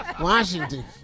Washington